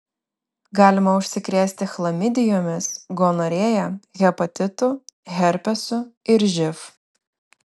galima užsikrėsti chlamidijomis gonorėja hepatitu herpesu ir živ